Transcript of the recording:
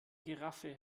giraffe